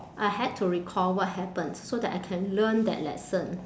I had to recall what happened so that I can learn that lesson